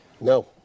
No